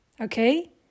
Okay